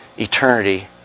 eternity